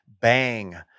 BANG